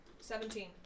Seventeen